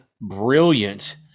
brilliant